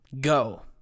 go